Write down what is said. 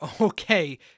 Okay